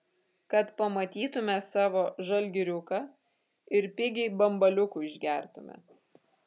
kad pamatytume savo žalgiriuką ir pigiai bambaliukų išgertume